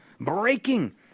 Breaking